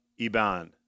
Iban